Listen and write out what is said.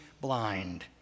blind